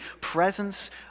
presence